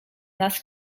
nas